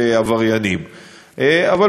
עברו סטאז' והתאמנו